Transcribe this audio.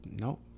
No